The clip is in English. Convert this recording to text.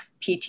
PT